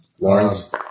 Lawrence